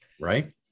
right